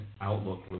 Outlook